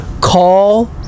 call